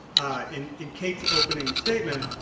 ah in in kate's opening statement,